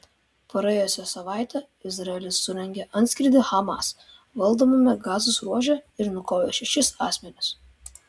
praėjusią savaitę izraelis surengė antskrydį hamas valdomame gazos ruože ir nukovė šešis asmenis